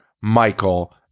Michael